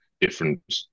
different